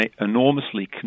enormously